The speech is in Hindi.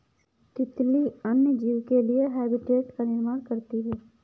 तितली अन्य जीव के लिए हैबिटेट का निर्माण करती है